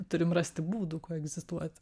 turim rasti būdų koegzistuot